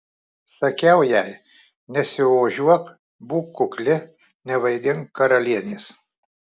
sakiau jai nesiožiuok būk kukli nevaidink karalienės